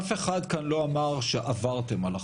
אף אחד כאן לא אמר שעברתם על החוק.